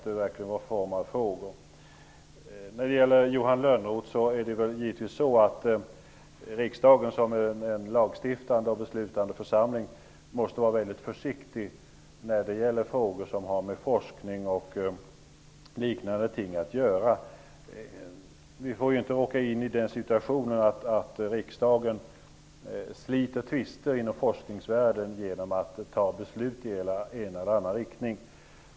Det är givetvis så, Johan Lönnroth, att riksdagen som lagstiftande och beslutande församling måste vara väldigt försiktig när det gäller frågor som har med forskning och liknande att göra. Vi får inte råka i den situationen att riksdagen sliter tvister inom forskningsvärlden genom att fatta beslut i en eller annan riktning.